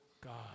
God